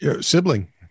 Sibling